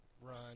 run